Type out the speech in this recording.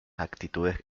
actitudes